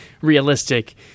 realistic